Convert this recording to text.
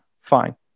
Fine